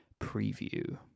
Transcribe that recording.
preview